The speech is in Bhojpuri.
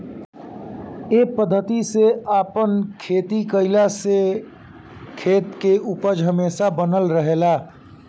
ए पद्धति से आपन खेती कईला से खेत के उपज हमेशा बनल रहेला